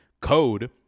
code